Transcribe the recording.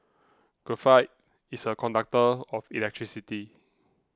graphite is a conductor of electricity